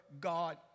God